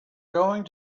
going